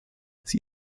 sie